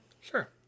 Sure